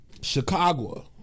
Chicago